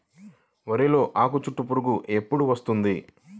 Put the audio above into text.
వరిలో ఆకుచుట్టు పురుగు ఎప్పుడు వస్తుంది?